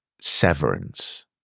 severance